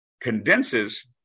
condenses